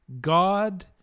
God